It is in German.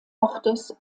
ortes